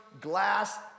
glass